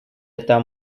это